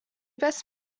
best